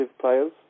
players